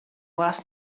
last